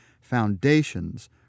foundations